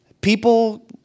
People